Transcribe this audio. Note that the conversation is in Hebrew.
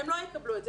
הם לא יקבלו את זה.